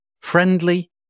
Friendly